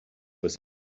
was